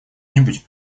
нибудь